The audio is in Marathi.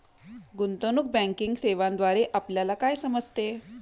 गुंतवणूक बँकिंग सेवांद्वारे आपल्याला काय समजते?